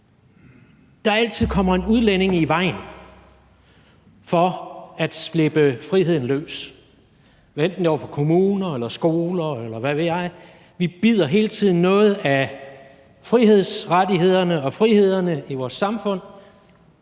der altid kommer en udlænding i vejen for at slippe friheden løs. Hvad enten det er over for kommuner eller skoler, eller hvad ved jeg, bider vi hele tiden noget af frihedsrettighederne og frihederne i vores samfund,